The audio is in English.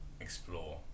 explore